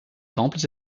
temples